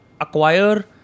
acquire